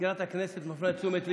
מזכירת הכנסת מפנה את תשומת ליבי,